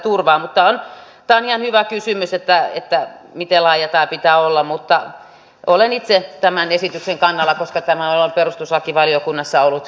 on ihan hyvä kysymys että miten laaja tämän pitää olla mutta olen itse tämän esityksen kannalla koska tämän olen perustuslakivaliokunnassa ollut hyväksymässä